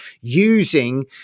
using